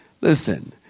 Listen